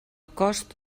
cost